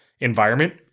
environment